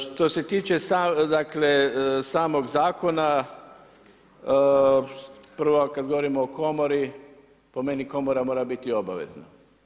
Što se tiče dakle samog zakona prvo kad govorimo o komori po meni komora mora biti obavezna.